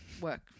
work